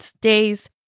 days